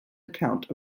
account